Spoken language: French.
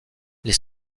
les